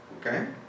Okay